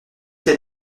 t’as